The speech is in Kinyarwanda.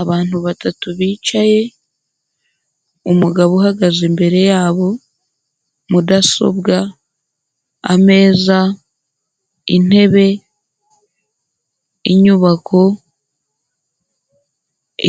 Abantu batatu bicaye, umugabo uhagaze imbere yabo, mudasobwa, ameza, intebe, inyubako,